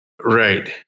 Right